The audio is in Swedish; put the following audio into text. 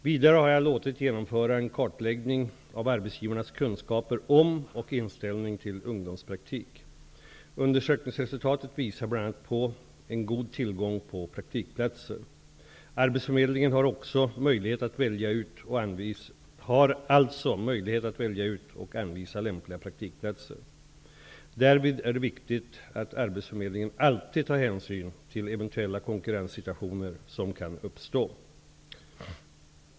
Vidare har jag låtit genomföra en kartläggning av arbetsgivarnas kunskaper om och inställning till ungdomspraktik. Undersökningsresultatet visar bl.a. på en god tillgång på praktikplatser. Arbetsförmedlingen har alltså möjlighet att välja ut och anvisa lämpliga praktikplatser. Därvid är det viktigt att arbetsförmedlingen alltid tar hänsyn till eventuella konkurrenssituationer som kan uppstå.